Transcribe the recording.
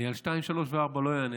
על 2, 3 ו-4 אני לא אענה.